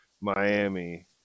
Miami